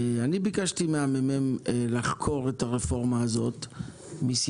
ביקשתי מהממ"מ לחקור את הרפורמה במחירי